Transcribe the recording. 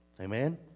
Amen